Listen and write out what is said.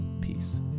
Peace